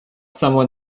someone